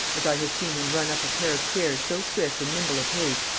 as i have seen him run up a pair of stairs so swift and nimble a pace,